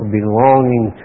belonging